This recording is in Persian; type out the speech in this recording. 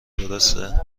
درسته